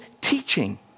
teaching